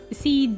see